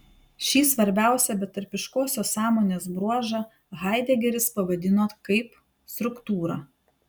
šį svarbiausią betarpiškosios sąmonės bruožą haidegeris pavadino kaip struktūra